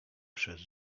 przez